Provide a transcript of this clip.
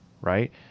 right